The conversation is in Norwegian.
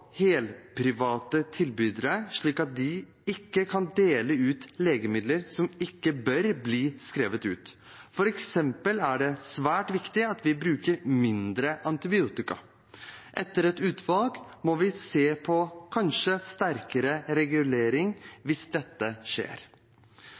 helprivate tilbydere, slik at de ikke kan dele ut legemidler som ikke bør bli skrevet ut. For eksempel er det svært viktig at vi bruker mindre antibiotika. Etter et utvalg må vi kanskje se på strengere regulering